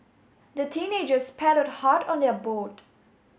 the teenagers paddled hard on their boat